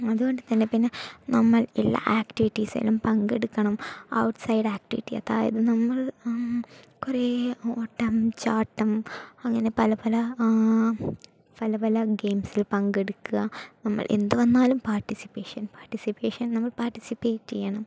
അതുകൊണ്ടുത്തന്നെ പിന്നെ നമ്മൾ എല്ലാ ആക്ടിവിറ്റിസിലും പങ്കെടുക്കണം ഔട്ട്സൈഡ് ആക്ടിവിറ്റി അതായത് നമ്മൾ കുറേ ഓട്ടം ചാട്ടം അങ്ങനെ പല പല പല പല ഗെയിംസിൽ പങ്കെടുക്കുക നമ്മൾ എന്തുവന്നാലും പാർട്ടിസിപ്പേഷൻ പാർട്ടിസിപ്പേഷൻ നമ്മൾ പാർട്ടിസിപ്പേറ്റ് ചെയ്യണം